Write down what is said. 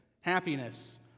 happiness